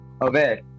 Aware